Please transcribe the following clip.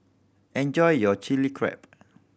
enjoy your Chili Crab